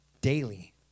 daily